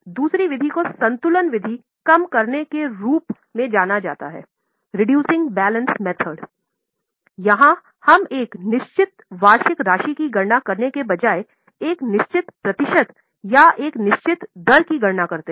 दूसरी विधि को संतुलन विधि कम करने के रूप की गणना करते हैं